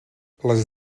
les